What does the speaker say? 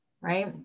right